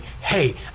hey